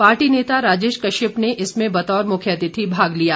party नेता राजेश कश्यप ने इसमें बतौर मुख्य अतिथि भाग लिया